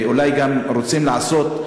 ואולי גם רוצים לעשות,